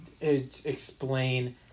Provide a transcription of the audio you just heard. explain